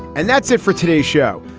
and that's it for today's show.